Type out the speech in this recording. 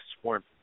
swarm